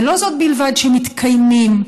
ולא זו בלבד שמתקיימים,